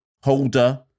Holder